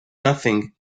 nothing